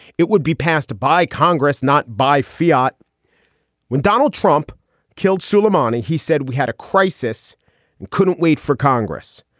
it would be passed by congress, not by fiat when donald trump killed suleimani, he said we had a crisis and couldn't wait for congress.